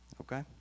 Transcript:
okay